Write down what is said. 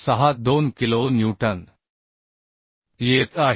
62 kilonewton येत आहे